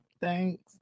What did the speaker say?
Thanks